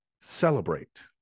celebrate